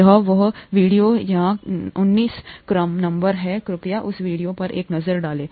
यह है वीडियो यहाँ 19 नंबर है कृपया उस वीडियो पर एक नज़र डालें